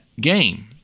game